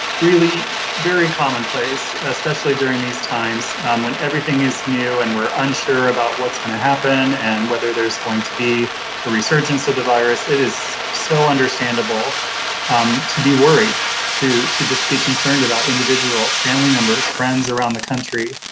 really very commonplace especially during these times when everything is new and we're unsure about what's going to happen and whether there's going to be a resurgence of the virus, it is so understandable um to be worried to to just be concerned about individuals, family members, friends around the country.